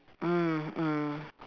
mm mm